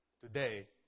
today